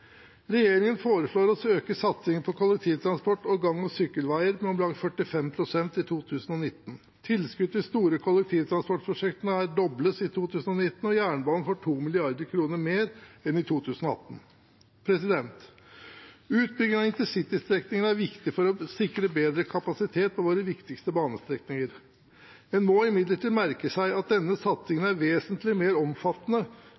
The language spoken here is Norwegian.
Regjeringen foreslår å øke satsingen på kollektivtransport og gang- og sykkelveier med om lag 45 pst. i 2019. Tilskuddet til store kollektivtransportprosjekter nær dobles i 2019, og jernbanen får 2 mrd. kr mer enn i 2018. Utbyggingen av intercitystrekningene er viktig for å sikre bedre kapasitet på våre viktigste banestrekninger. En må imidlertid merke seg at denne